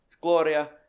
Gloria